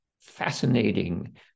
fascinating